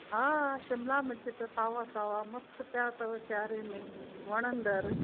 हा शिमला मिर्च सावा सावा मस्तु पिया अथव सियारे में वणंदड़